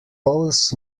poles